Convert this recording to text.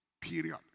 Period